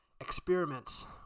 experiments